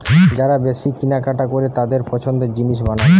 যারা বেশি কিনা কাটা করে তাদের পছন্দের জিনিস বানানো